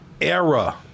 Era